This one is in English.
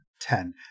ten